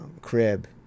crib